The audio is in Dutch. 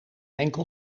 enkel